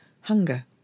hunger